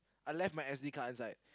I left my S_D card inside